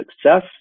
success